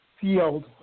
field